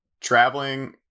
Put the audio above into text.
traveling